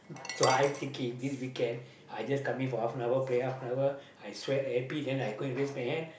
so I'm thinking this weekend I just come in for half an hour play half and hour I sweat happy then I go and raise my hand